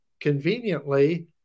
conveniently